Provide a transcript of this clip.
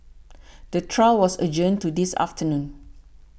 the trial was adjourned to this afternoon